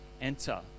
enter